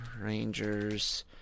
Rangers